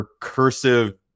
recursive